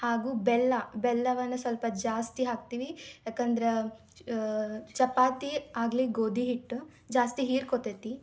ಹಾಗೂ ಬೆಲ್ಲ ಬೆಲ್ಲವನ್ನು ಸ್ವಲ್ಪ ಜಾಸ್ತಿ ಹಾಕ್ತೀವಿ ಯಾಕಂದ್ರೆ ಚಪಾತಿ ಆಗಲಿ ಗೋಧಿ ಹಿಟ್ಟು ಜಾಸ್ತಿ ಹೀರ್ಕೊತೈತಿ